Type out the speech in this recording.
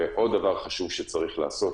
זה עוד דבר חשוב שצריך לעשות.